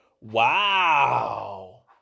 Wow